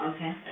Okay